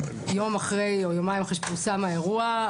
יום או יומיים אחרי שפורסם האירוע,